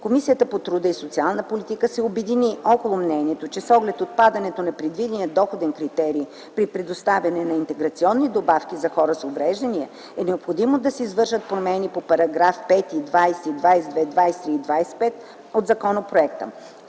Комисията по труда и социалната политика се обедини около мнението, че с оглед отпадането на предвидения доходен критерий при предоставянето на интеграционни добавки за хора с увреждания е необходимо да се извършват промени в параграфи 5, 20, 22, 23 и 25 от законопроекта.